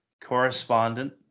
Correspondent